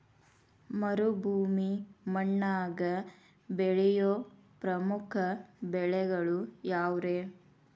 ಮರುಭೂಮಿ ಮಣ್ಣಾಗ ಬೆಳೆಯೋ ಪ್ರಮುಖ ಬೆಳೆಗಳು ಯಾವ್ರೇ?